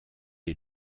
est